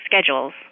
schedules